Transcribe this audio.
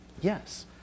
Yes